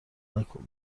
نکن